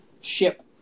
ship